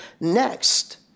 next